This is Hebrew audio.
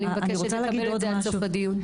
אני מבקשת לקבל את זה עד סוף הדיון.